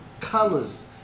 colors